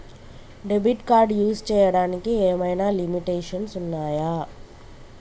Debit card use చేయడానికి ఏమైనా limitations ఉన్నాయా?